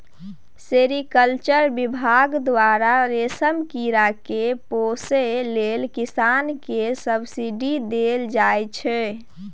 sericulture बिभाग द्वारा रेशम कीरा केँ पोसय लेल किसान केँ सब्सिडी देल जाइ छै